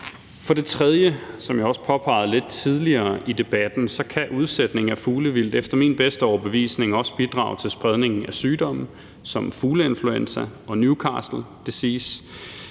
For det tredje, som jeg også påpegede lidt tidligere i debatten, kan udsætning af fuglevildt efter min bedste overbevisning også bidrage til spredningen af sygdomme som fugleinfluenza og Newcastle disease.